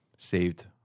Saved